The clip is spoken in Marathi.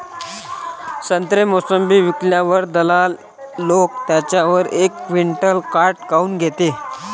संत्रे, मोसंबी विकल्यावर दलाल लोकं त्याच्यावर एक क्विंटल काट काऊन घेते?